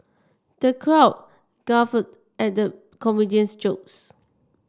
the crowd guffawed at the comedian's jokes